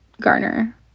garner